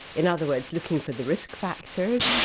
in other words, looking for the risk factors,